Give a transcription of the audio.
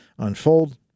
unfold